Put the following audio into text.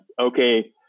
okay